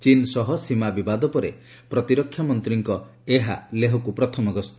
ଚୀନ୍ ସହ ସୀମା ବିବାଦ ପରେ ପ୍ରତିରକ୍ଷାମନ୍ତ୍ରୀଙ୍କ ଏହା ହେଉଛି ପ୍ରଥମ ଗସ୍ତ